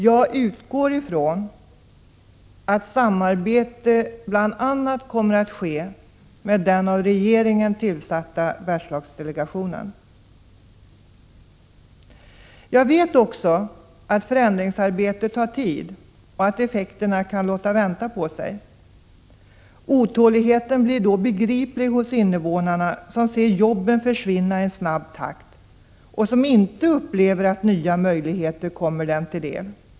Jag utgår från att samarbete kommer att ske med bl.a. den av regeringen tillsatta Bergslagsdelegationen. Jag vet att förändringsarbete tar tid och att effekterna kan låta vänta på sig. Otåligheten hos invånarna blir då begriplig — de ser jobben försvinna i snabb takt, och de upplever inte att nya möjligheter kommer dem till del.